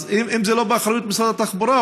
אז אם זה לא באחריות משרד התחבורה,